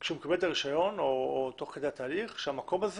כשהוא מקבל את הרישיון, או תוך התהליך, שהמקום הזה